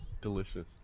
Delicious